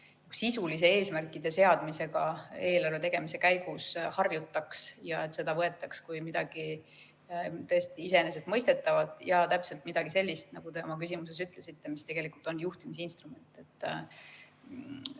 sisuliste eesmärkide seadmisega eelarve tegemise käigus harjutaks ja et seda võetaks kui midagi tõesti iseenesestmõistetavat ja täpselt midagi sellist – nagu te oma küsimuses ütlesite –, mis tegelikult on juhtimisinstrument.